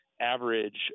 average